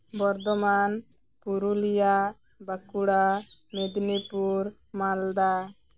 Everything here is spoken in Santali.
ᱵᱚᱨᱫᱷᱚᱢᱟᱱ ᱯᱩᱨᱩᱞᱤᱭᱟ ᱵᱟᱸᱠᱩᱲᱟ ᱢᱮᱫᱽᱱᱤᱯᱩᱨ ᱢᱟᱞᱫᱟ